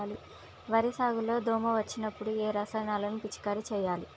వరి సాగు లో దోమ వచ్చినప్పుడు ఏ రసాయనాలు పిచికారీ చేయాలి?